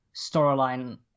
storyline